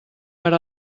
per